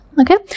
Okay